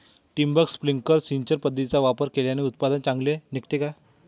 ठिबक, स्प्रिंकल सिंचन पद्धतीचा वापर केल्याने उत्पादन चांगले निघते का?